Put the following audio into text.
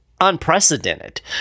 unprecedented